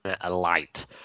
alight